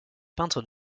peintre